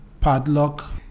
padlock